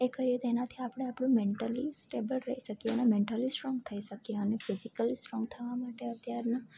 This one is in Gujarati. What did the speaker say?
એ કરીએ તો એનાથી આપણે આપણું મેન્ટલી સ્ટેબલ રહી શકીએ અને મેન્ટલી સ્ટ્રોંગ થઈ શકીએ અને ફિઝિકલી સ્ટ્રોંગ થવા માટે અત્યારના